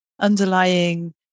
underlying